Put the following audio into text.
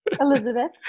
Elizabeth